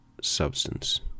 substance